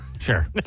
Sure